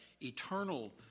eternal